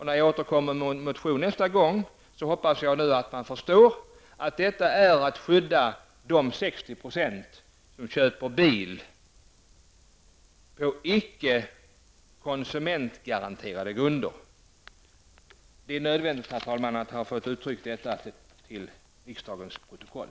När jag återkommer med en motion nästa gång, hoppas jag att man förstår att detta innebär att man skyddar de 60 % som köper bil på icke-konsumentgaranterade grunder. Herr talman! Det är nödvändigt att få uttrycka detta till riksdagens protokoll.